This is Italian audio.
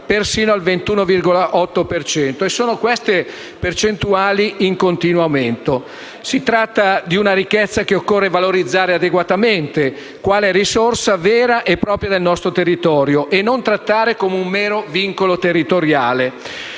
persino al 21,8 per cento. Queste percentuali sono in continuo aumento. Si tratta di una ricchezza che occorre valorizzare adeguatamente quale risorsa vera e propria del nostro territorio e da non trattare come un mero vincolo territoriale.